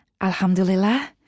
Alhamdulillah